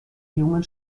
jungen